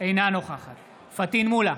אינה נוכחת פטין מולא,